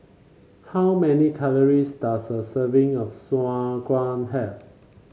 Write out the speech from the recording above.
how many calories does a serving of Sauerkraut have